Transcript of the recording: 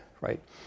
right